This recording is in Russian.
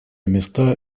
места